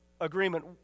agreement